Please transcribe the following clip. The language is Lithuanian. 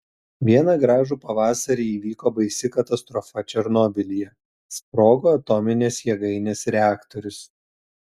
vieną gražų pavasarį įvyko baisi katastrofa černobylyje sprogo atominės jėgainės reaktorius